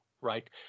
Right